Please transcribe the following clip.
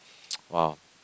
!wow!